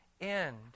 end